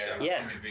Yes